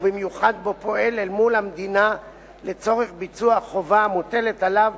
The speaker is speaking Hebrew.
ובמיוחד מקום בו הוא פועל אל מול המדינה לצורך ביצוע חובה המוטלת עליו